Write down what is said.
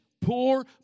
poor